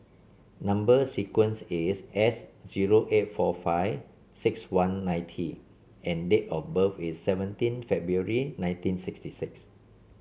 number sequence is S zero eight four five six one nine T and date of birth is seventeen February nineteen sixty six